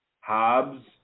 Hobbs